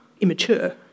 immature